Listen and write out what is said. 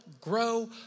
grow